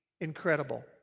incredible